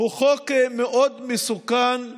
הוא חוק מסוכן מאוד,